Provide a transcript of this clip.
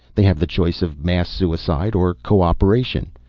they have the choice of mass suicide or co-operation.